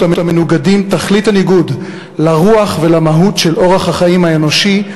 המנוגדים תכלית הניגוד לרוח ולמהות של אורח החיים האנושי,